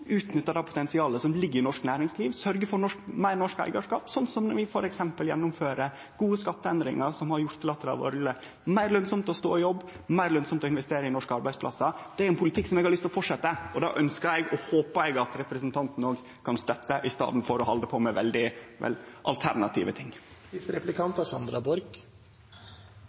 utnytta det potensialet som ligg i norsk næringsliv, sørgje for meir norsk eigarskap, slik som når vi f.eks. gjennomfører gode skatteendringar som har gjort at det har vore meir lønsamt å stå i jobb, meir lønsamt å investere i norske arbeidsplassar. Det er ein politikk som eg har lyst til å fortsetje, og det ønskjer og håpar eg at representanten òg kan støtte, i staden for å halde på med veldig alternative